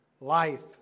life